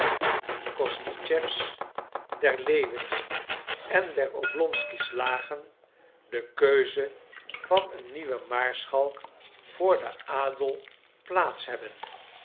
kosnischews der lewins en der oblonsky's lagen de keuze van een nieuwen maarschalk voor den adel plaats hebben